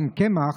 אין קמח,